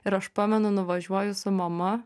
ir aš pamenu nuvažiuoju su mama